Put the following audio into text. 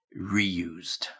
reused